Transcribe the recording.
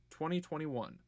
2021